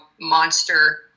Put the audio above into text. monster